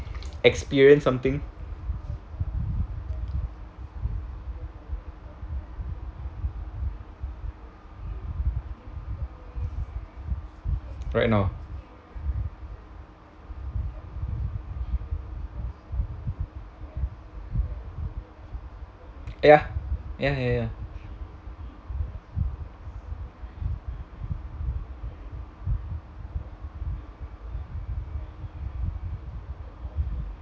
experience something right now ya ya ya ya